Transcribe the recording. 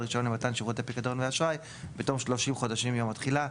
רישיון למתן שירותי פיקדון ואשראי - בתום 30 חודשים מיום התחילה.